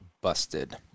Busted